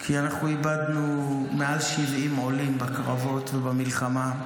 כי אנחנו איבדנו מעל 70 עולים בקרבות ובמלחמה.